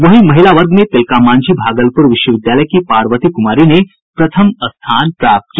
वहीं महिला वर्ग में तिलकामांझी भागलपूर विश्वविद्यालय की पार्वती कुमारी ने प्रथम स्थान हासिल किया